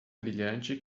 brilhante